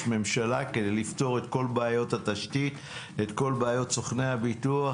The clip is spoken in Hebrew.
הממשלה כדי לפתור את כל בעיות התשתית ואת כל בעיות סוכני הביטוח,